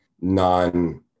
non